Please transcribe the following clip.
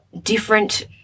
different